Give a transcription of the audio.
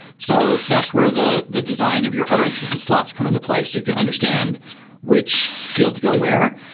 so that's where the the design of your utterances and slots come into play, so you can understand which field to go where,